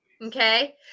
Okay